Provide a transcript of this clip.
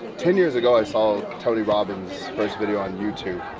ten years ago, i saw tony robbins video on youtube,